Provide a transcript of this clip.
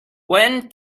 when